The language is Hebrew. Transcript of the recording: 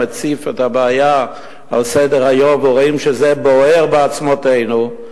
מציף את הבעיה על סדר-היום ורואים שזה בוער בעצמותינו,